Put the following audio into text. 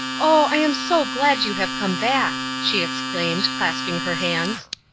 oh, i am so glad you have come back, she exclaimed, clasping her hands.